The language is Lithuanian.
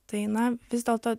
tai na vis dėlto